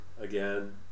Again